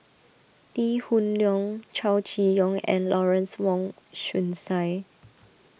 Lee Hoon Leong Chow Chee Yong and Lawrence Wong Shyun Tsai